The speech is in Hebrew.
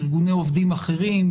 ארגוני עובדים אחרים,